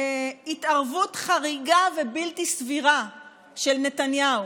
"התערבות חריגה ובלתי סבירה של נתניהו",